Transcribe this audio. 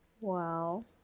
Wow